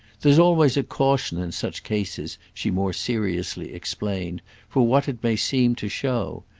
there's always a caution in such cases, she more seriously explained for what it may seem to show.